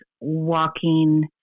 walking